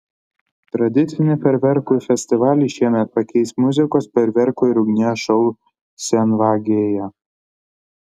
tradicinį fejerverkų festivalį šiemet pakeis muzikos fejerverkų ir ugnies šou senvagėje